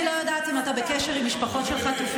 אני לא יודעת אם אתה בקשר עם משפחות של חטופים.